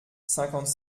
cinquante